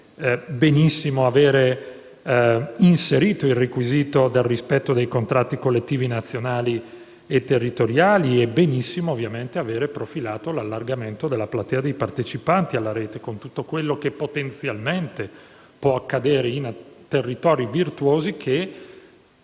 Benissimo avere inserito il requisito del rispetto dei contratti collettivi nazionali e territoriali, e benissimo, ovviamente, aver profilato l'allargamento dei partecipanti alla Rete, con tutto quello che potenzialmente può accadere in territori virtuosi,